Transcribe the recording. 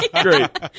Great